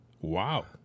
Wow